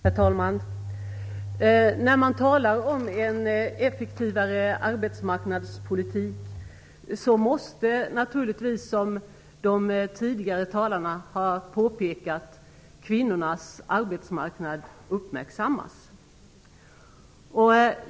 Herr talman! När man talar om en effektivare arbetsmarknadspolitik måste naturligtvis, som de tidigare talarna har påpekat, kvinnornas arbetsmarknad uppmärksammas.